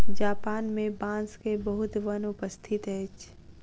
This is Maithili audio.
जापान मे बांस के बहुत वन उपस्थित अछि